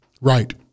Right